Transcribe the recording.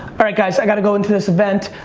alright guys i gotta go into this event,